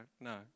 no